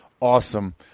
awesome